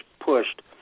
pushed